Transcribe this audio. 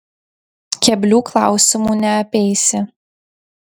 keblių klausimų neapeisi